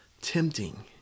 tempting